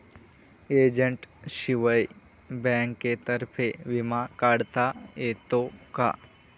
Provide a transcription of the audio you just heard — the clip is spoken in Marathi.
एजंटशिवाय बँकेतर्फे विमा काढता येतो का?